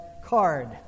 card